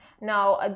now